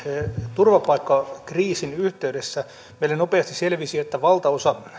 turvapaikkakriisin yhteydessä meille nopeasti selvisi että valtaosa